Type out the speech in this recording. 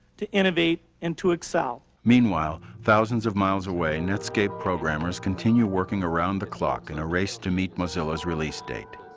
to innovate and to excel. meanwhile thousand of miles away netscape programmers continue working around the clock in a race to meet mozilla's release date.